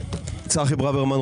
צחי ברוורמן,